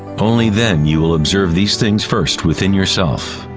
only then you will observe these things first within yourself.